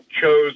chose